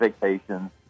vacations